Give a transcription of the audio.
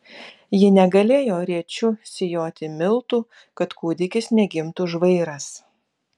ji negalėjo rėčiu sijoti miltų kad kūdikis negimtų žvairas